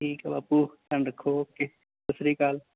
ਠੀਕ ਆ ਬਾਪੂ ਧਿਆਨ ਰੱਖੋ ਓਕੇ ਸਤਿ ਸ਼੍ਰੀ ਅਕਾਲ